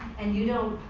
and you don't,